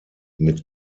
mit